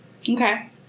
Okay